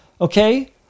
Okay